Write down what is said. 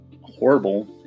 horrible